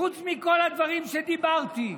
חוץ מכל הדברים שדיברתי עליהם,